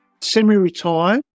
semi-retired